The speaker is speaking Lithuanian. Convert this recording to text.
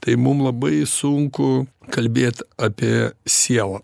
tai mum labai sunku kalbėt apie sielą